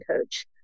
coach